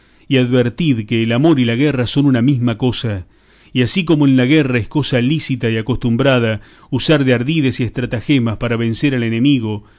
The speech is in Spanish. y advertid que el amor y la guerra son una misma cosa y así como en la guerra es cosa lícita y acostumbrada usar de ardides y estratagemas para vencer al enemigo